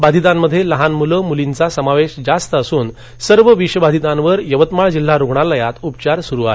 बाधितांमध्ये लहान मुलं मुलींचा समावेश जास्त असून सर्व विषबाधितांवर यवतमाळ जिल्हा रुग्णालयात उपचार सुरु आहेत